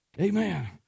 Amen